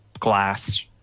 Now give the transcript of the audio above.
Glass